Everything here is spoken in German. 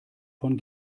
von